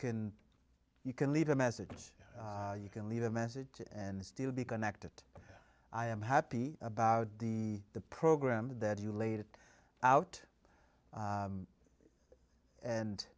can you can leave a message you can leave a message and still be connected i am happy about the the program that you laid out